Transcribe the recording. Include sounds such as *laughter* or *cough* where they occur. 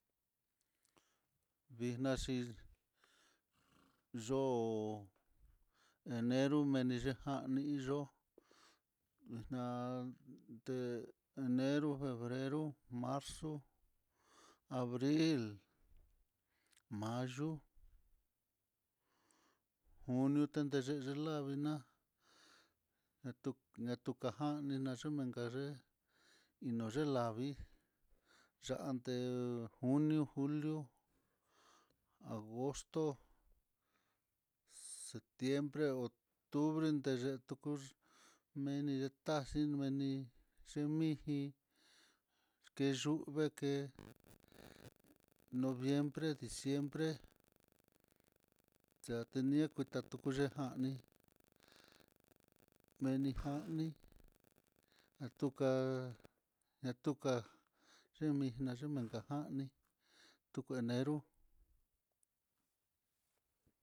Vixna xhí, yo'o enero mene yejani yo'ó ñate enero, febrero, marzo, abril, mayo, junio tenx *hesitation* ulavina, ñatu ñatujajanina nayu menka ye'é, inoye lavii, yante junio, julio, agosto, septiembre, octubre deye tuku meni taxhi meni xhiniji, keyuu veke, noviembre, diciembre, xhayunia xhatutejani meni jani, atuka, atuka xhimi nayuu minka jáni tuku enero.